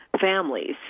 families